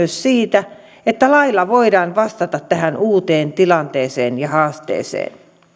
siitä että lailla voidaan vastata tähän uuteen tilanteeseen ja haasteeseen